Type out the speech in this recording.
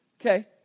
okay